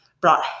brought